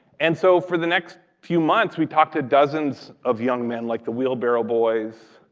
and so for the next few months, we talked to dozens of young men like the wheelbarrow boys,